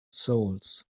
souls